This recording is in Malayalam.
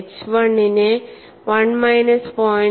എച്ച് 1 നെ 1 മൈനസ് 0